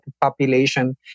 population